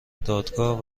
دادگاه